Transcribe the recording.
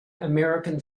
american